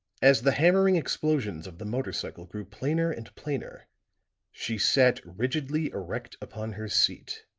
as the hammering explosions of the motor cycle grew plainer and plainer she sat rigidly erect upon her seat,